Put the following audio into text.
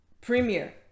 premier